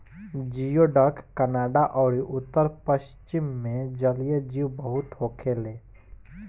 जियोडक Canada अउरी उत्तर पश्चिम मे जलीय जीव बहुत होखेले